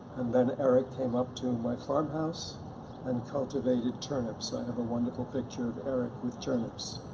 and then eric came up to my farmhouse and cultivated turnips. i have a wonderful picture of eric with turnips.